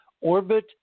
orbit